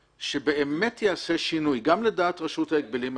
שבאמת יעשה שינוי גם לדעת רשות ההגבלים העסקיים,